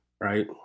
right